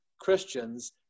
Christians